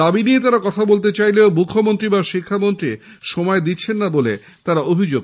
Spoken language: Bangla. দাবি নিয়ে তারা কথা বলতে চাইলেও মুখ্যমন্ত্রী বা শিক্ষামন্ত্রী সময় দিচ্ছেন না বলে তাদের অভিযোগ